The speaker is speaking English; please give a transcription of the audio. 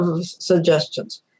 suggestions